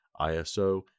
ISO